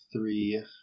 three